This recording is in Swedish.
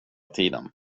tiden